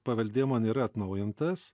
paveldėjimo nėra atnaujintas